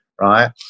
right